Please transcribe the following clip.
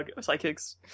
Psychics